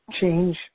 change